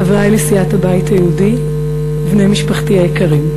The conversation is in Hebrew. חברי לסיעת הבית היהודי ובני משפחתי היקרים,